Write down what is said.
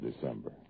December